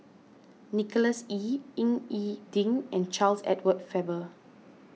Nicholas Ee Ying E Ding and Charles Edward Faber